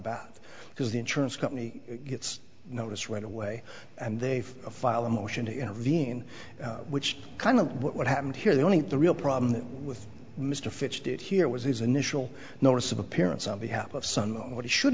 the insurance company gets notice right away and they file a motion to intervene which kind of what happened here the only real problem with mr fitch did here was his initial notice of appearance on behalf of sun what he should